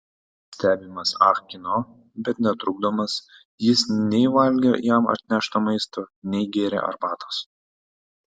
stebimas ah kino bet netrukdomas jis nei valgė jam atnešto maisto nei gėrė arbatos